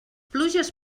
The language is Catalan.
pluges